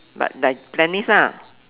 but like tennis ah